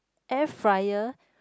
air fryer